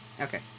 Okay